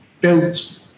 built